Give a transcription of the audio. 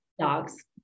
Dogs